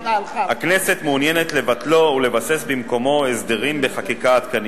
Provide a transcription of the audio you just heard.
הכנסת מעוניינת לבטלו ולבסס במקומו הסדרים בחקיקה עדכנית.